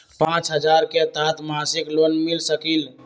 पाँच हजार के तहत मासिक लोन मिल सकील?